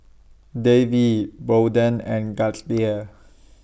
Davey Bolden and Gaither